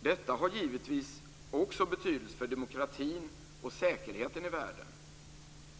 Detta har givetvis också betydelse för demokratin och säkerheten i världen.